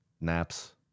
Naps